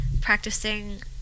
practicing